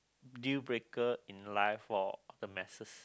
deal breaker in life for the masses